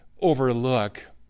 overlook